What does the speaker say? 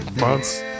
months